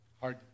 hard